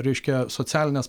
reiškia socialinės